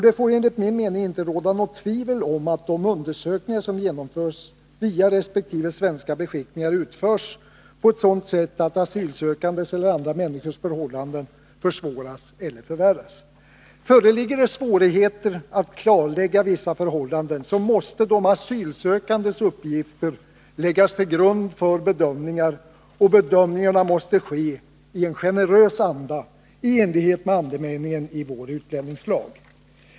Det får enligt min mening inte råda något tvivel om att de undersökningar som görs via resp. svenska beskickningar utförs på ett sådant sätt att asylsökandes eller andra människors förhållanden försvåras eller förvärras. Föreligger svårigheter när det gäller att klarlägga vissa förhållanden, måste de asylsökandes uppgifter läggas till grund för bedömningarna. Dessa måste göras generöst i enlighet med andemeningen i vår utlänningslag.